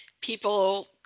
people